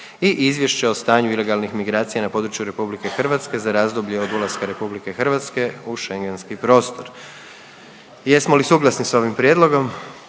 - Izvješće o stanju ilegalnih migracija na području Republike Hrvatske za razdoblje od ulaska Republike Hrvatske u Schengenski prostor. Jesmo li suglasni s ovim prijedlogom?